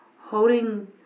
holding